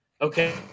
okay